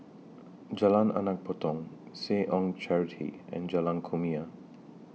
Jalan Anak Patong Seh Ong Charity and Jalan Kumia